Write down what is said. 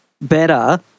better